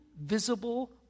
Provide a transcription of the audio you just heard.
visible